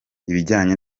ibijyanye